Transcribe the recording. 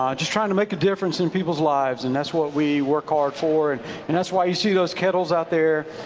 um just trying to make a difference in people's lives. and that's what we work hard for and and that's why you see those kettles out there,